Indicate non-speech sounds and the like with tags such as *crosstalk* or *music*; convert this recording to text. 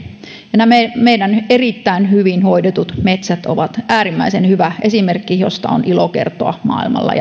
nämä meidän erittäin hyvin hoidetut metsämme ovat äärimmäisen hyvä esimerkki josta on ilo kertoa maailmalla *unintelligible*